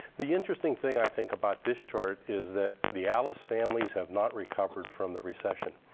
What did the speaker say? the interesting thing i think about this chart is that the alice families have not recovered from the recession.